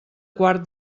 quart